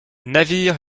navire